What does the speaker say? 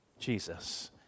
Jesus